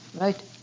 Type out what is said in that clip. right